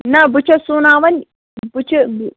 نہ بہٕ چھَس سُوناوان بہٕ